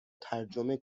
ترجمه